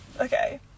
Okay